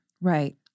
Right